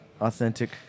Authentic